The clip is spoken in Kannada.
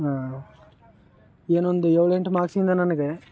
ಏನೊಂದು ಏಳೆಂಟು ಮಾಕ್ಸಿಂದ ನನಗೆ